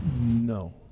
No